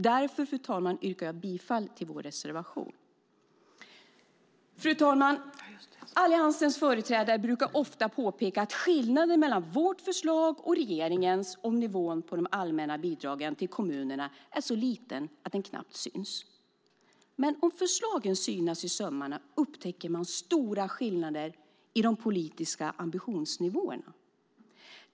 Därför, fru talman, yrkar jag bifall till vår reservation. Fru talman! Alliansens företrädare brukar ofta påpeka att skillnaden mellan vårt förslag och regeringens om nivån på de allmänna bidragen till kommunerna är så liten att den knappt syns. Men om förslagen synas i sömmarna upptäcker man stora skillnader i de politiska ambitionsnivåerna.